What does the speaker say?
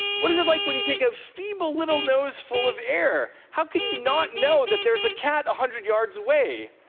what is it like when you take a feeble little noseful of air? how can you not know that there's a cat one hundred yards away,